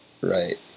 right